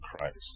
Christ